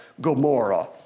Gomorrah